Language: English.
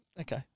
okay